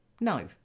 No